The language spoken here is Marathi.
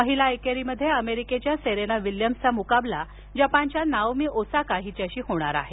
महिला एकेरीमध्ये अमरीकेच्या सेरेना विल्यम्सचा मुकाबला जपानच्या नाओमी ओसाका हिच्याशी होणार आहे